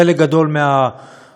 חלק גדול מהאשם,